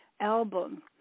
album